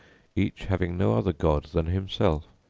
each having no other god than himself,